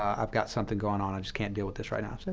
um i've got something going on. i just can't deal with this right now.